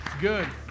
good